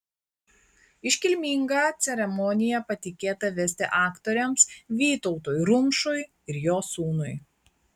iškilmingą ceremoniją patikėta vesti aktoriams vytautui rumšui ir jo sūnui